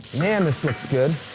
man, this looks good.